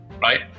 right